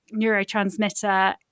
neurotransmitter